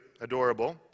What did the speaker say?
adorable